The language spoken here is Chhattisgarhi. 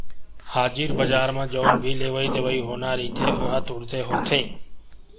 हाजिर बजार म जउन भी लेवई देवई होना रहिथे ओहा तुरते होथे